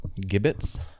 Gibbets